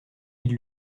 ils